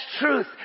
truth